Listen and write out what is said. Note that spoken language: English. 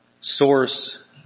source